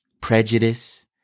prejudice